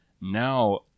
Now